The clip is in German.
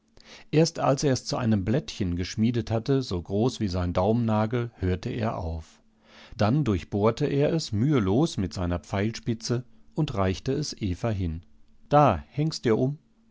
erst als er es zu einem blättchen geschmiedet hatte so groß wie sein daumennagel hörte er auf dann durchbohrte er es mühelos mit seiner pfeilspitze und reichte es eva hin da häng's dir um